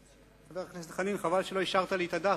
חבר הכנסת חנין, חבל שלא השארת לי את הדף.